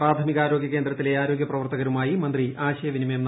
പ്രാഥമികാരോഗ്യ കേന്ദ്രത്തിലെ ആരോഗ്യ പ്രവർത്തകരുമായി മന്ത്രി ആശയവിനിമയം നടത്തി